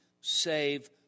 save